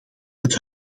het